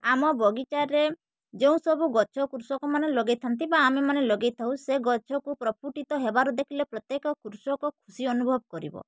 ଆମ ବଗିଚାରେ ଯେଉଁ ସବୁ ଗଛ କୃଷକମାନେ ଲଗାଇଥାନ୍ତି ବା ଆମେମାନେ ଲଗାଇ ଥାଉ ସେ ଗଛକୁ ପ୍ରପୁଟିତ ହେବାର ଦେଖିଲେ ପ୍ରତ୍ୟେକ କୃଷକ ଖୁସି ଅନୁଭବ କରିବ